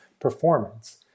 performance